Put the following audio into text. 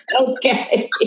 Okay